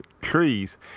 trees